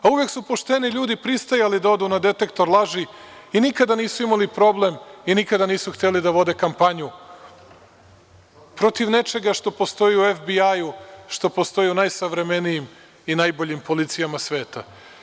Ali, uvek su pošteni ljudi pristajali da odu na detektor laži i nikada nisu imali problem i nikada nisu hteli da vode kampanju protiv nečega što postoji u FBI, što postoji u najsavremenijim i najboljim policijama sveta.